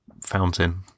fountain